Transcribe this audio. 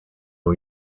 new